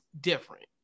different